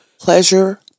Pleasure